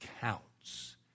counts